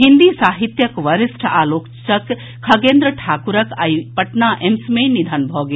हिन्दी साहित्यक वरिष्ठ आलोचक खगेन्द्र ठाकुरक आई पटना एम्स मे निधन भऽ गेल